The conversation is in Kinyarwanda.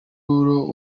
lulu